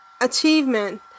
achievement